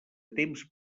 temps